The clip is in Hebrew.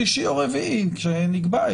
שלישי או רביעי כשנקבע.